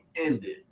ended